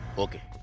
okay